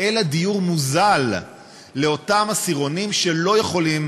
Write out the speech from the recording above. אלא דיור מוזל לאותם עשירונים שלא יכולים